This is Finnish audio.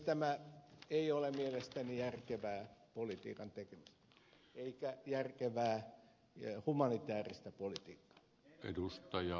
tämä ei ole mielestäni järkevää politiikan tekemistä eikä järkevää humanitääristä politiikkaa